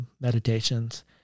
meditations